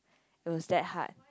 it was that hard